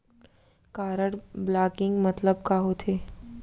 Card blocking मतलब का होथे?